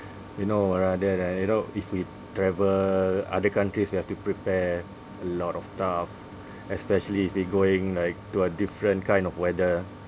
you know rather than you know if we travel other countries we have to prepare a lot of stuff especially if we going like to a different kind of weather